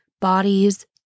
bodies